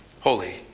holy